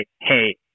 hey